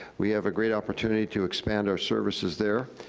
we have a great opportunity to expand our services there.